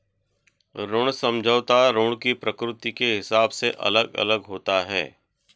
ऋण समझौता ऋण की प्रकृति के हिसाब से अलग अलग होता है